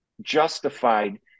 justified